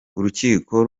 urukiko